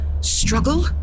struggle